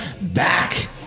back